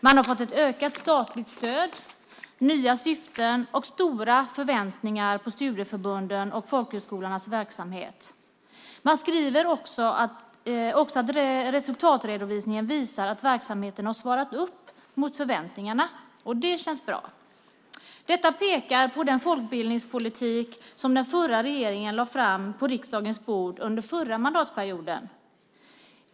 Man har fått ett ökat statligt stöd, det är nya syften och stora förväntningar på studieförbundens och folkhögskolornas verksamhet. Man skriver också att resultatredovisningen visar att verksamheten svarat upp mot förväntningarna. Det känns bra. Detta pekar på den folkbildningspolitik som den förra regeringen presenterade för riksdagen under förra mandatperioden.